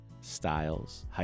styles